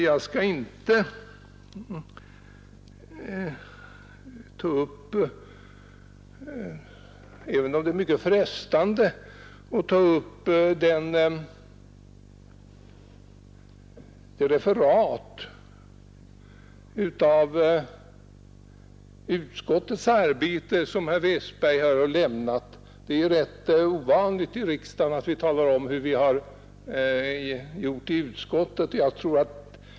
Jag skall inte ta upp — även om det är mycket frestande — det referat beträffande utskottets arbete, som herr Westberg i Ljusdal här lämnade. Det är rätt ovanligt i riksdagen att vi talar om hur vi har arbetat inom utskottet.